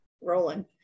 rolling